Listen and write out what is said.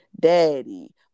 daddy